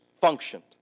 functioned